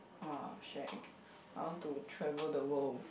!wah! shag I want to travel the world